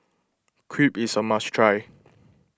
Crepe is a must try